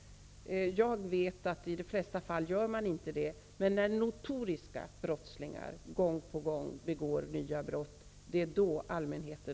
Jag vet att de i de flesta fall inte gör det. Men när notoriska brottslingar gång på gång begår nya brott reagerar allmänheten.